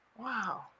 Wow